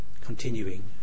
continuing